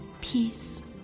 peace